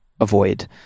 avoid